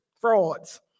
frauds